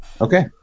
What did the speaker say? Okay